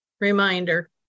reminder